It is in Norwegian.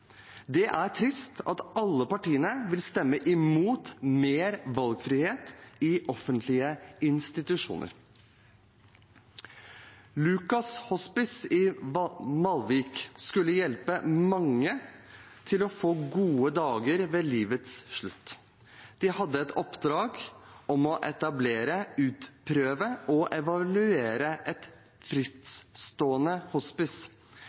Det er trist at alle partiene vil stemme mot mer valgfrihet i offentlige institusjoner. Lukas Hospice i Malvik skulle hjelpe mange til å få gode dager ved livets slutt. De hadde et oppdrag om å etablere, utprøve og evaluere et